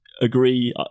Agree